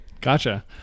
Gotcha